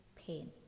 pain